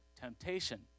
temptation